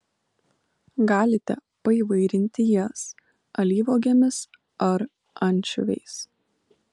galite paįvairinti jas alyvuogėmis ar ančiuviais